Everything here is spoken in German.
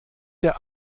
der